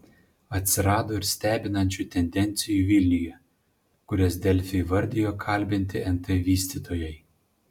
atsirado ir stebinančių tendencijų vilniuje kurias delfi įvardijo kalbinti nt vystytojai